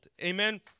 amen